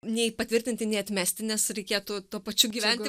nei patvirtinti nei atmesti nes reikėtų tuo pačiu gyventi